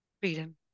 freedom